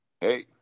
hey